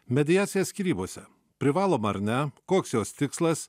mediacija skyrybose privaloma ar ne koks jos tikslas